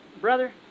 Brother